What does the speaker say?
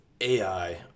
AI